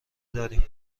داریم